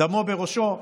דמו בראשו.